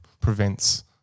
prevents